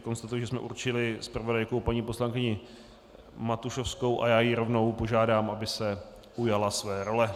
Konstatuji, že jsme určili zpravodajkou paní poslankyni Matušovskou, a já ji rovnou požádám, aby se ujala své role.